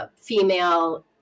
female